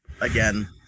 again